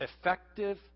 effective